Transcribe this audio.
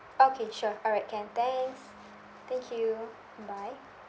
okay sure alright can thanks thank you goodbye